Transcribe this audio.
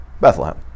Bethlehem